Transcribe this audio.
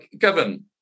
Kevin